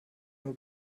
nur